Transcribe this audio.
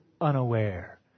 unaware